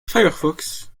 firefox